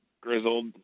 grizzled